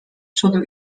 przodu